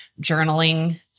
journaling